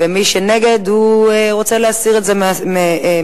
מי שנגד, הוא רוצה להסיר את זה מסדר-היום.